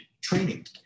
training